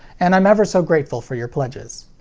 and i'm ever so grateful for your pledges.